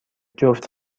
جفت